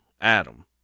Adam